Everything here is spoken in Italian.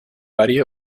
varie